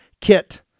kit